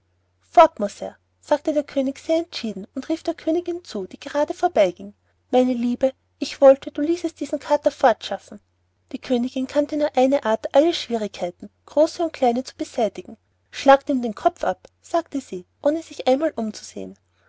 fort muß er sagte der könig sehr entschieden und rief der königin zu die gerade vorbeiging meine liebe ich wollte du ließest diesen kater fortschaffen die königin kannte nur eine art alle schwierigkeiten große und kleine zu beseitigen schlagt ihm den kopf ab sagte sie ohne sich einmal umzusehen